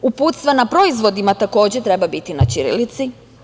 Uputstva na proizvodima takođe treba biti na ćirilici.